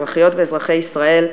אזרחיות ואזרחי ישראל,